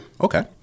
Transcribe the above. Okay